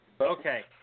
Okay